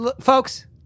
Folks